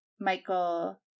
Michael